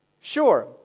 Sure